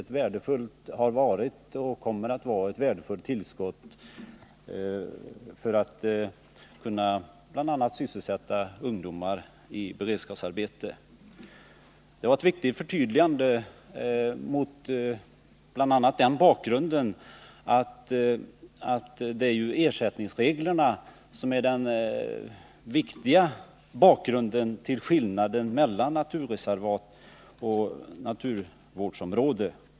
De har varit och kommer att vara ett värdefullt tillskott, bl.a. när det gäller att sysselsätta ungdomar i beredskapsarbete. Det var ett viktigt förtydligande även mot den bakgrunden att ersättningsreglerna utgör den väsentliga skillnaden mellan naturreservat och naturvårdsområde.